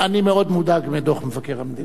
אני מאוד מודאג מדוח מבקר המדינה.